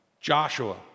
Joshua